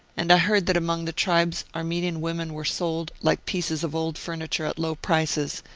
and i heard that among the tribes armenian women were sold like pieces of old furniture, at low prices,